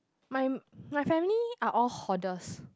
my my family are all hoarders